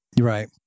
Right